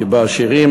כי בעשירים,